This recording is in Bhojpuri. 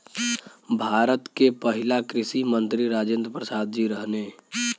भारत के पहिला कृषि मंत्री राजेंद्र प्रसाद जी रहने